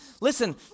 Listen